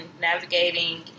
navigating